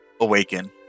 awaken